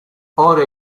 ora